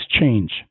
change